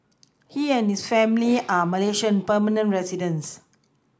he and his family are Malaysian permanent residents